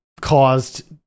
caused